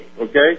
okay